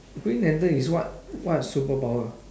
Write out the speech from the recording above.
green lantern is what what superpower